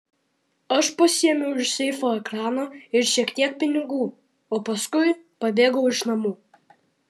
aš pasiėmiau iš seifo ekraną ir šiek tiek pinigų o paskui pabėgau iš namų